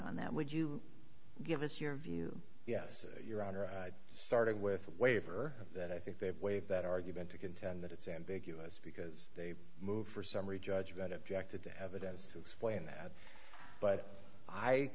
on that would you give us your view yes your honor i started with a waiver that i think they've waive that argument to contend that it's ambiguous because they moved for summary judgment objected to evidence to explain that but i